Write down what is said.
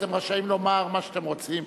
אתם רשאים לומר מה שאתם רוצים,